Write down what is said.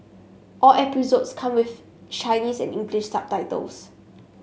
all episodes come with Chinese and English subtitles